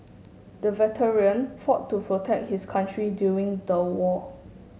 the veteran fought to protect his country during the war